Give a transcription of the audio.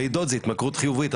לידות זה התמכרות חיובית,